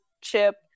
chip